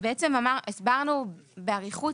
והסברנו באריכות,